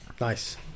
Nice